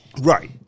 Right